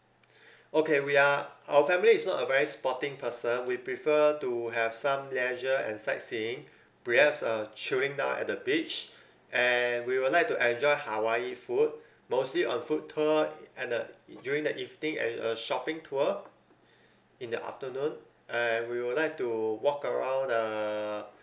okay we are our family is not a very sporting person we prefer to have some leisure and sightseeing we have uh chilling down at the beach and we would like to enjoy hawaii food mostly on food tour and the during the evening and a shopping tour in the afternoon and we would like to walk around uh